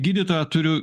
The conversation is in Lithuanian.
gydytoją turiu